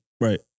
Right